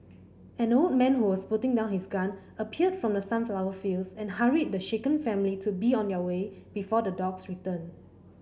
an old man who was putting down his gun appeared from the sunflower fields and hurried the shaken family to be on their way before the dogs return